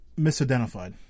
misidentified